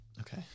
okay